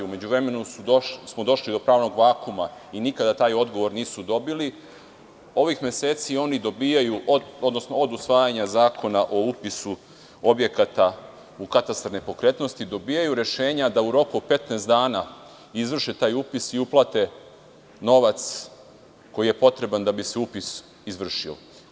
U međuvremenu smo došli do pravnog vakuuma i nikada taj odgovor nisu dobili, ovih meseci oni dobijaju, odnosno od usvajanja Zakona o upisu objekata u katastar nepokretnosti, dobijaju rešenja da u roku od 15 dana izvrše taj upis i uplate novac koji je potreban da bi se upis izvršio.